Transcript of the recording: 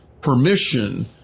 permission